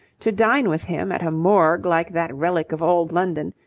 to dine with him at a morgue like that relic of old london,